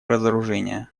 разоружения